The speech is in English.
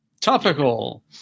Topical